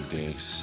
days